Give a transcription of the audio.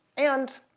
and,